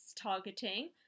targeting